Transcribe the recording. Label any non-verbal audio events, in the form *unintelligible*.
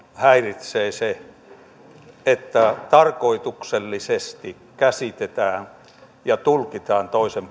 häiritsee se että tarkoituksellisesti käsitetään ja tulkitaan toisen *unintelligible*